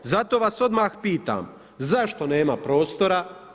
Zato vas odmah pitam, zašto nema prostora?